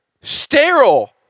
sterile